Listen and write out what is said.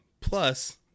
plus